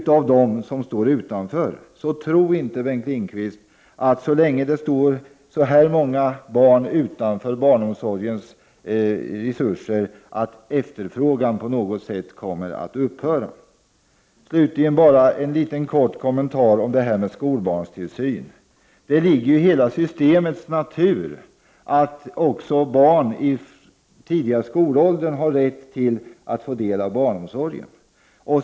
Tro därför inte, Bengt Lindqvist, att efterfrågan kommer att upphöra så länge det står så här många barn utanför barnomsorgens resurser! Slutligen vill jag bara göra en kort kommentar om skolbarntillsynen. Det ligger i hela systemets natur att också barn i den tidiga skolåldern har rätt att få del av barnomsorgen.